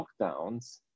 lockdowns